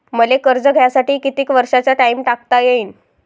मले कर्ज घ्यासाठी कितीक वर्षाचा टाइम टाकता येईन?